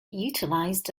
utilized